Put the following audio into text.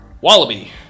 Wallaby